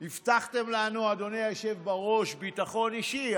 הבטחתם לנו, אדוני היושב בראש, ביטחון אישי.